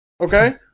okay